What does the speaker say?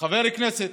חבר כנסת